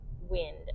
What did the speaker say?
wind